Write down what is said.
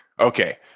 Okay